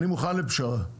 אני מוכן לפשרה,